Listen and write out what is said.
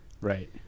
Right